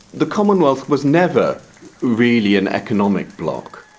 the commonwealth was never really an economic bloc.